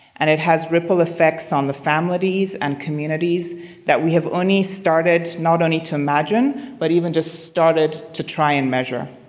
and it has ripple effects on the families and communities that we have only started not only to imagine but even just started to try and measure.